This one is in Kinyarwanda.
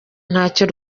ntacyo